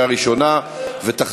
(ביטול ניכוי הקצבה החודשית למקבלי תגמול ותגמול מוגדל לפי הכנסה),